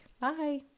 Bye